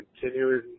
continuing